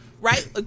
right